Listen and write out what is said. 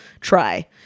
try